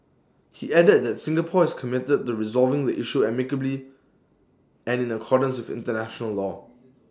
he added that Singapore is committed to resolving the issue amicably and in accordance International law